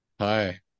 Hi